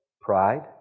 pride